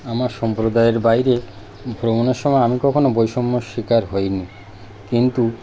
আমার সম্প্রদায়ের বাইরে ভ্রমণের সময় আমি কখনও বৈষম্যর শিকার হইনি কিন্তু